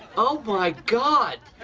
oh my god!